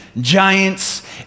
giants